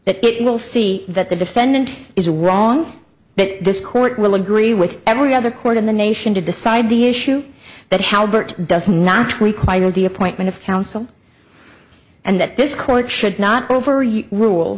that it will see that the defendant is wrong that this court will agree with every other court in the nation to decide the issue that how hurt does not require the appointment of counsel and that this court should not over you rule